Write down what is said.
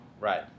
Right